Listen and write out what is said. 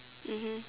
mmhmm